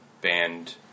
band